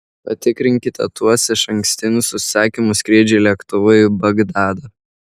patikrinkite tuos išankstinius užsakymus skrydžiui lėktuvu į bagdadą